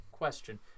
Question